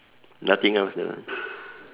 nothing else lah